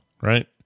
right